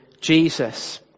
Jesus